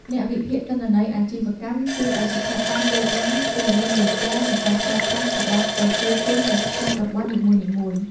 អ្នកវិភាគទិន្នន័យអាជីវកម្មជួយឱ្យស្ថាប័នយល់ដឹងពីនិន្នាការនៃការប្រើប្រាស់របស់ប្រជាជននៅក្នុងតំបន់នីមួយៗ។